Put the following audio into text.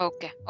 Okay